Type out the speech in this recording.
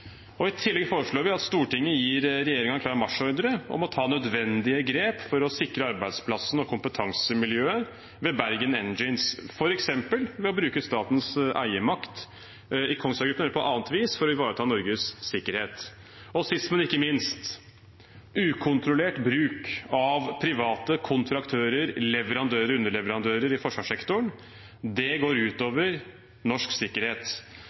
I tillegg foreslår vi at Stortinget gir regjeringen en klar marsjordre om å ta nødvendige grep for å sikre arbeidsplassene og kompetansemiljøet ved Bergen Engines, f.eks. ved å bruke statens eiermakt i Kongsberg Gruppen eller på annet vis for å ivareta Norges sikkerhet. Sist, men ikke minst: Ukontrollert bruk av private kontraktører, leverandører og underleverandører i forsvarssektoren går ut over norsk sikkerhet.